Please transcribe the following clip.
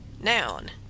Noun